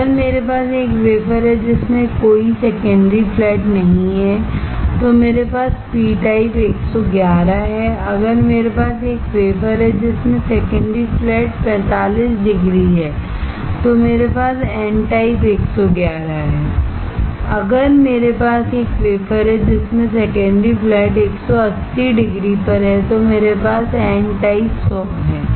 अगर मेरे पास एक वेफर है जिसमें कोई सेकेंडरी फ्लैटनहीं है तो मेरे पास पी टाइप 111 है अगर मेरे पास एक वेफर है जिसमें सेकेंडरी फ्लैट 45 डिग्री है तो मेरे पास एन टाइप 111 है अगर मेरे पास एक वेफर है जिसमें सेकेंडरी फ्लैट है 180 डिग्री पर है तो मेरे पास एन टाइप 100 है